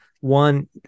one